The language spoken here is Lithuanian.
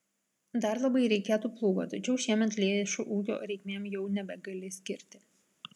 dar labai reikėtų plūgo tačiau šiemet lėšų ūkio reikmėm jau nebegali skirti